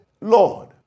Lord